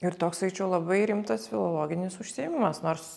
ir toks sakyčiau labai rimtas filologinis užsiėmimas nors